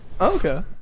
okay